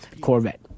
Corvette